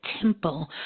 temple